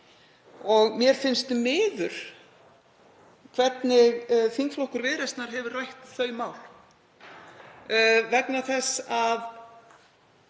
Mér finnst miður hvernig þingflokkur Viðreisnar hefur rætt þau mál vegna þess að